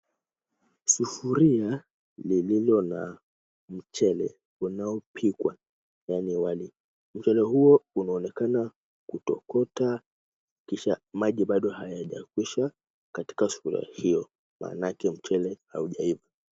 Sufuria lililo na mchele unaopikwa yani wali. Mchele huo unaonekana kutokota kisha maji bado hayajakwisha katika sufuria iyo, maanake mchele haujaiva.